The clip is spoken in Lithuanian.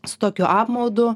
su tokiu apmaudu